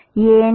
மாணவர் ஏன்